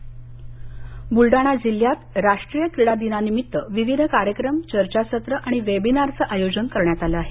ब्रलडाणा बुलडाणा जिल्ह्यातही क्रीडा दिनानिमित्त विविध कार्यक्रम चर्चासत्र आणि वेबीनारचं आयोजन करण्यात आलं आहे